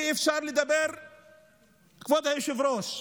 כבוד היושב-ראש,